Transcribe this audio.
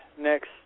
next